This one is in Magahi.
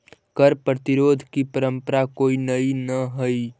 कर प्रतिरोध की परंपरा कोई नई न हई